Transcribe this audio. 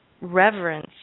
reverence